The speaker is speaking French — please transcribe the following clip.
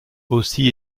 aussi